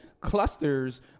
clusters